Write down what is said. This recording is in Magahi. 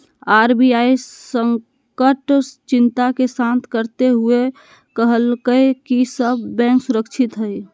आर.बी.आई संकट चिंता के शांत करते हुए कहलकय कि सब बैंक सुरक्षित हइ